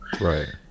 Right